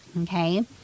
Okay